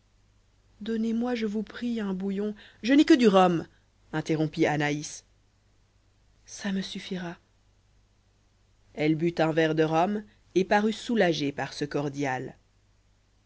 donnez-moi je vous prie un bouillon je n'ai que du rhum interrompit anaïs ça me suffira elle but un verre de rhum et parut soulagée par ce cordial